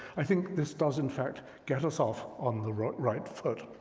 i think this does in fact get us off on the right right foot.